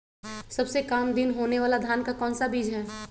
सबसे काम दिन होने वाला धान का कौन सा बीज हैँ?